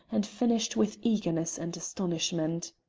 and finished with eagerness and astonishment.